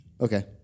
Okay